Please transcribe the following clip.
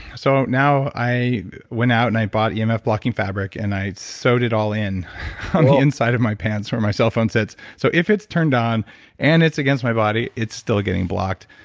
so now, i went out and i bought emf blocking fabric and i sewed it all in on the inside of my pants where my cell phone sits. so if it's turned on and it's against my body, it's still getting blocked.